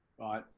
Right